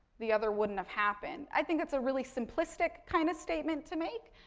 the other wouldn't have happened. i think that's a really simplistic kind of statement to make.